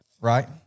right